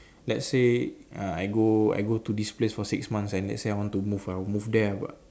let's say uh I go I go to this place for six months and let's say I want to move I'll move there ah but